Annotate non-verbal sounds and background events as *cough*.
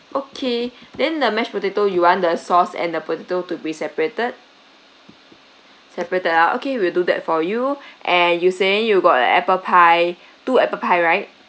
okay then the mashed potato you want the sauce and the potato to be separated separated ah okay we'll do that for you *breath* and you saying you got an apple pie two apple pie right